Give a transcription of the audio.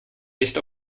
nicht